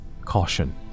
Caution